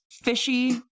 Fishy